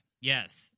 Yes